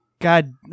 God